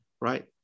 right